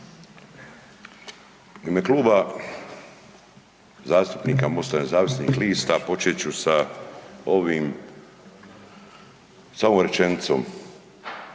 ime Kluba zastupnika MOST-a nezavisnih lista počet ću sa ovim, sa ovom rečenicom.